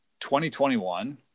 2021